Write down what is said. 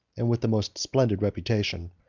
and with the most splendid reputation.